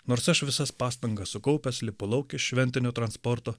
nors aš visas pastangas sukaupęs lipu lauk iš šventinio transporto